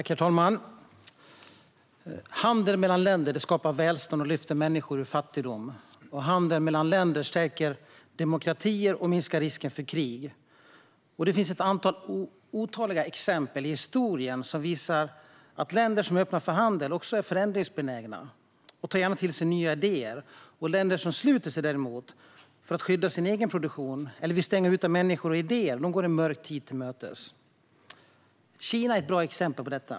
Herr talman! Handel mellan länder skapar välstånd och lyfter människor ur fattigdom. Handel mellan länder stärker demokratier och minskar risken för krig. Det finns otaliga exempel i historien som visar att länder som är öppna för handel också är förändringsbenägna och gärna tar till sig nya idéer. Länder som sluter sig för att skydda sin egen produktion eller som vill stänga ute människor och idéer går däremot en mörk tid till mötes. Kina är ett bra exempel på detta.